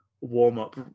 warm-up